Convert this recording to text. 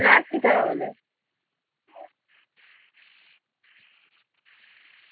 রাখছি তাহলে